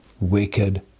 wicked